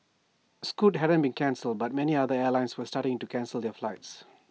scoot hadn't been cancelled but many other airlines were starting to cancel their flights